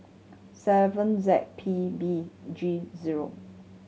seven Z P B G zero